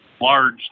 large